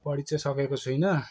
पढि चाहिँ सकेको छुइनँ